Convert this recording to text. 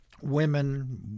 women